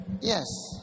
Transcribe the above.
Yes